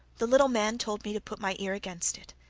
the little man told me to put my ear against it.